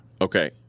okay